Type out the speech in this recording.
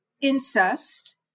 incest